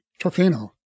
Tofino